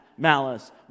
Malice